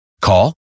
Call